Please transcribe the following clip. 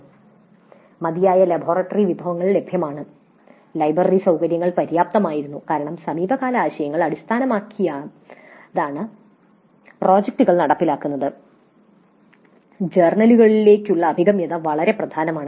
"മതിയായ ലബോറട്ടറി വിഭവങ്ങൾ ലഭ്യമാണ്" "ലൈബ്രറി സൌകര്യങ്ങൾ പര്യാപ്തമായിരുന്നു" കാരണം സമീപകാല ആശയങ്ങൾ അടിസ്ഥാനമാക്കിയാണ് പദ്ധതികൾ നടപ്പാക്കുന്നത് ജേർണലുകളിലേക്കുള്ള അഭിഗമ്യത വളരെ പ്രധാനമാണ്